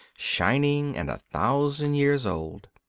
shining, and a thousand years old.